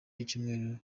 y’icyumweru